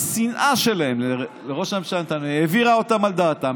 השנאה שלהם לראש הממשלה נתניהו העבירה אותם על דעתם.